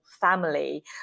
family